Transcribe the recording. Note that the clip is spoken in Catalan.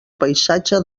paisatge